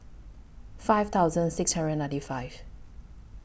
five thousand six hundred and ninety five